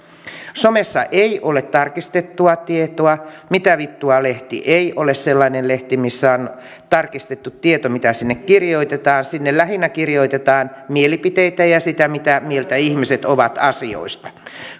somessa ei ole tarkistettua tietoa mitä vittua lehti ei ole sellainen lehti missä on tarkistettu tieto mitä sinne kirjoitetaan sinne lähinnä kirjoitetaan mielipiteitä ja sitä mitä mieltä ihmiset ovat asioista